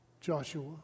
Joshua